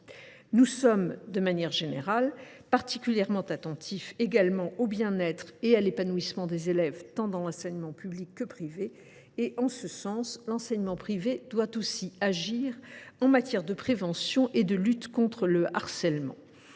Nous sommes, de manière générale, particulièrement attentifs au bien être et à l’épanouissement des élèves, dans l’enseignement tant public que privé ; en ce sens, l’enseignement privé doit aussi agir en matière de prévention et de lutte contre le harcèlement.